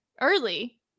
early